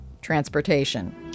transportation